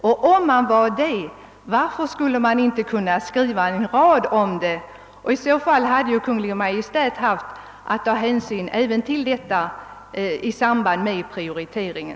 I så fall kan man fråga sig, varför utskottet inte kunnat skriva en rad härom. Då hade Kungl. Maj:t haft att ta ställning även till detta i samband med frågan om prioriteringen.